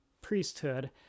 priesthood